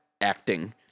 acting